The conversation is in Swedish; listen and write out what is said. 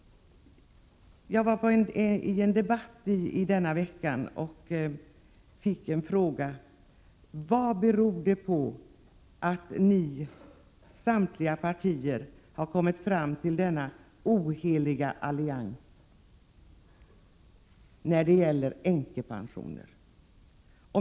I en debatt denna vecka fick jag frågan hur det kan komma sig att samtliga partier kan ingå denna oheliga allians i frågan om änkepensionerna.